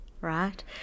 right